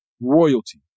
royalty